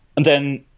then,